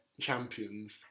champions